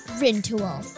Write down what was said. Rintoul